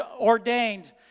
ordained